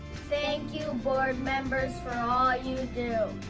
thank you board members for all you do.